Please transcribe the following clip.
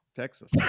texas